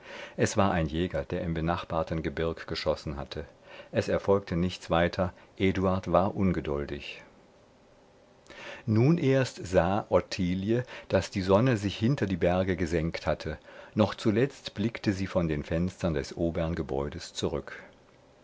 es war ein jäger der im benachbarten gebirg geschossen hatte es erfolgte nichts weiter eduard war ungeduldig nun erst sah ottilie daß die sonne sich hinter die berge gesenkt hatte noch zuletzt blinkte sie von den fenstern des obern gebäudes zurück